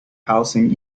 housing